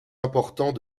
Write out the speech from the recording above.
importants